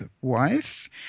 wife